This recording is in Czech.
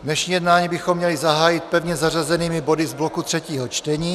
Dnešní jednání bychom měli zahájit pevně zařazenými body z bloku třetího čtení.